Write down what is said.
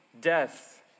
death